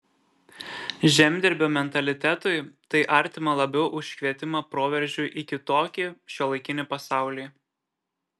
žemdirbio mentalitetui tai artima labiau už kvietimą proveržiui į kitokį šiuolaikinį pasaulį